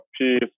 peace